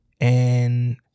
and-